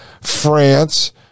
France